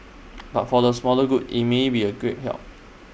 but for the smaller groups IT may be A great help